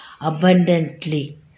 abundantly